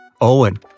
Owen